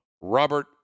Robert